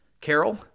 carol